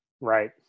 Right